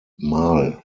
mal